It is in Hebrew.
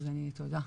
אז תודה.